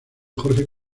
jorge